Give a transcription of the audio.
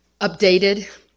updated